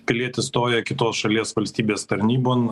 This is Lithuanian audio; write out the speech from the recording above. pilietis stoja kitos šalies valstybės tarnybon